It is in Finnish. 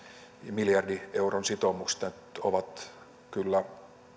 miljardien eurojen sitoumukset on kyllä